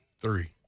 three